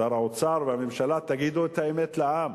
שר האוצר והממשלה, תגידו את האמת לעם.